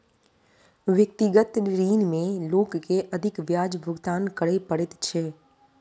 व्यक्तिगत ऋण में लोक के अधिक ब्याज भुगतान करय पड़ैत छै